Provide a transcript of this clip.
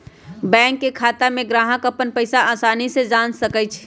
bank के खाता में ग्राहक अप्पन पैसा असानी से जान सकई छई